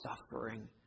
suffering